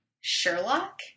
Sherlock